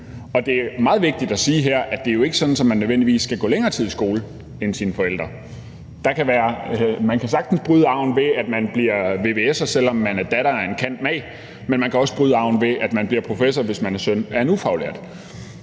Og det er meget vigtigt at sige her, at det ikke er sådan, at man nødvendigvis skal gå længere tid i skole end sine forældre. Man kan sagtens bryde arven, ved at man bliver vvs'er, selv om man er datter af en cand.mag., men man kan også bryde arven, ved at man bliver professor, hvis man er søn af en ufaglært.